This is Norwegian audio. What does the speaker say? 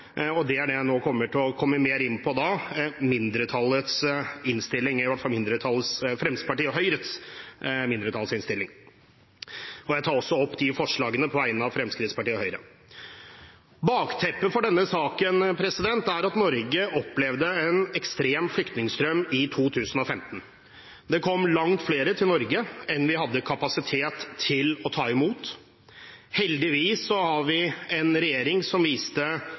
Men der stopper også enigheten, og jeg vil komme mer inn på mindretallets innstilling, Fremskrittspartiet og Høyres mindretallsinnstilling. Jeg tar også opp forslaget på vegne av Fremskrittspartiet og Høyre. Bakteppet for denne saken er at Norge opplevde en ekstrem flyktningstrøm i 2015. Det kom langt flere til Norge enn vi hadde kapasitet til å ta imot. Heldigvis har vi en regjering som viste